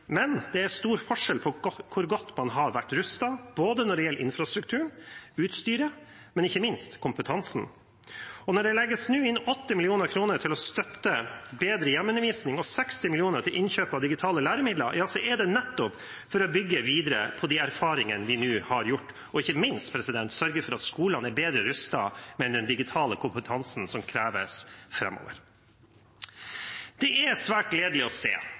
men det er stor forskjell på hvor godt man har vært rustet, når det både gjelder infrastrukturen, utstyret og ikke minst kompetansen. Når det nå legges inn 8 mill. kr til å støtte bedre hjemmeundervisning og 60 mill. kr til innkjøp av digitale læremidler, er det nettopp for å bygge videre på de erfaringene vi nå har gjort oss, og ikke minst sørge for at skolene er bedre rustet med den digitale kompetansen som kreves framover. Det er svært gledelig å se